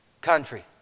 country